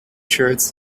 shirt